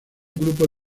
grupo